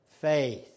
faith